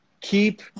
keep